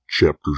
Chapter